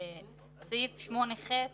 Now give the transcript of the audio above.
סעיף 8ח: